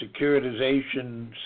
securitization